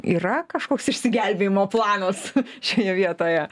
yra kažkoks išsigelbėjimo planas šioje vietoje